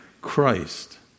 Christ